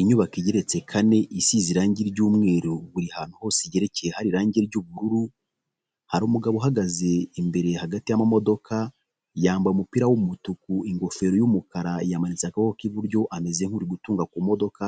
Inyubako igeretse kane isize irangi ry'umweru, buri hantu hose igerekeye hari irangi ry'ubururu, hari umugabo uhagaze imbere hagati y'amamodoka, yambaye umupira w'umutuku, ingofero y'umukara, yamanitse akaboko k'iburyo ameze nkuri gutunga ku modoka,